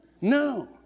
No